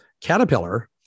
caterpillar